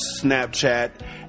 snapchat